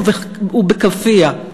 ובכאפייה,